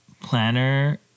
planner